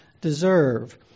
deserve